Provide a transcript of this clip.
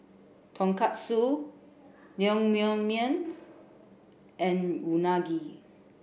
Tonkatsu Naengmyeon and Unagi